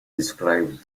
described